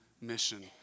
mission